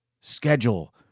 schedule